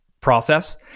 process